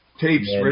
Tapes